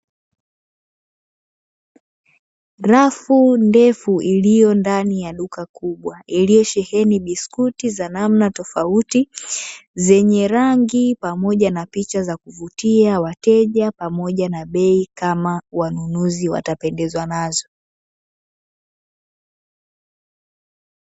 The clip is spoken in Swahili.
Rafu ndefu iliyo ndani ya duka kubwa iliyosheheni biskuti za namna tofauti, zenye rangi pamoja na picha za kuvutia wateja pamoja na bei kama wanunuzi watapendezwa nazo.